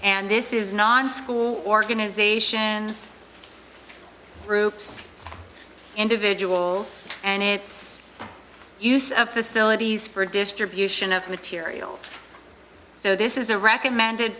and this is non school organization and groups individuals and its use of facilities for distribution of materials so this is a recommended